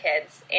kids